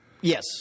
Yes